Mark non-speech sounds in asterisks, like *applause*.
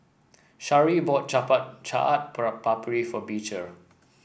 Sharee bought *unintelligible* Chaat *unintelligible* Papri for Beecher